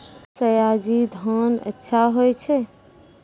सयाजी धान अच्छा होय छै?